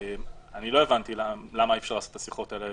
אני לא הבנתי למה אי אפשר לעשות את השיחות האלה,